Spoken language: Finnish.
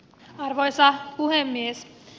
arvoisa puhemies